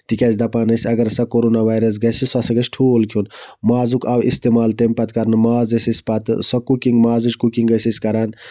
تِکیازِ دَپان ٲسۍ اَگر ہسا کَرونا وایرَس گژھِ سُہ ہسا گژھِ ٹھوٗل کھٮ۪وٚن مازُک آو اِستعمال تَمہِ پَتہٕ کرنہٕ ماز ٲسۍ أسۍ پَتہٕ سۄ کُکِنگ مازٕچ کُکِنگ ٲسۍ أسۍ کران